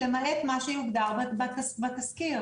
מה שיוגדר בתזכיר.